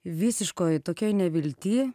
visiškoj tokioj nevilty